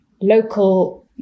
local